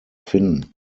finden